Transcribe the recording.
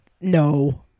No